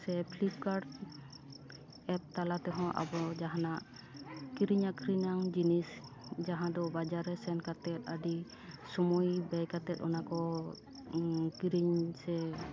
ᱥᱮ ᱯᱷᱤᱞᱯᱠᱟᱰ ᱮᱯ ᱛᱟᱞᱟ ᱛᱮᱦᱚᱸ ᱟᱵᱚ ᱡᱟᱦᱟᱱᱟᱜ ᱠᱤᱨᱤᱧ ᱟᱹᱠᱷᱨᱤᱧᱟᱝ ᱡᱤᱱᱤᱥ ᱡᱟᱦᱟᱸᱫᱚ ᱵᱟᱡᱟᱨ ᱨᱮ ᱥᱮᱱ ᱠᱟᱛᱮ ᱟᱹᱰᱤ ᱥᱚᱢᱚᱭ ᱵᱮᱭ ᱠᱟᱛᱮ ᱚᱱᱟᱠᱚ ᱠᱤᱨᱤᱧ ᱥᱮ